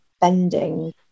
bending